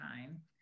time